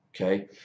okay